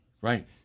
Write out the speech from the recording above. Right